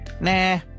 nah